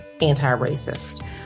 anti-racist